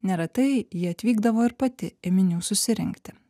neretai ji atvykdavo ir pati ėminių susirinkti